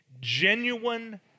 genuine